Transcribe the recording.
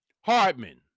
Hardman